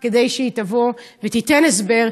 כדי שהיא תבוא ותיתן הסבר,